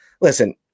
Listen